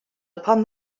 upon